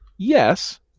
Yes